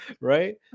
Right